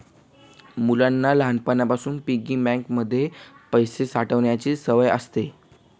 मुलांना लहानपणापासून piggy bank मध्ये पैसे साठवायची सवय असते